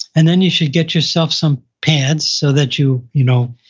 and then you should get yourself some pads, so that you, you know,